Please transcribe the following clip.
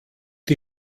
die